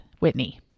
Whitney